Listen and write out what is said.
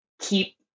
keep